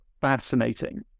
fascinating